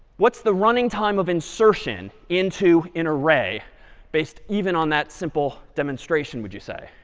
what's the running time of insertion into an array based even on that simple demonstration would you say?